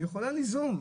יכולה ליזום,